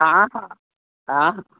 हा हा हा